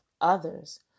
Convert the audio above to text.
others